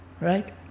right